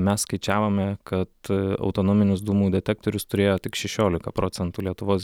mes skaičiavome kad autonominius dūmų detektorius turėjo tik šešiolika procentų lietuvos